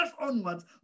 onwards